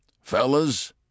fellas